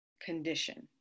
condition